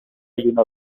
lluna